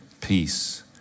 peace